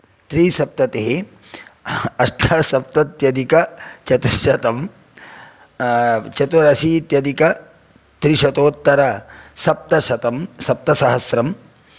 त्रिसप्ततिः अष्टसप्तत्यधिकचतुश्शतम् चतुरशीत्यधिकत्रिशतोत्तरसप्तशतम् सप्तसहस्रम्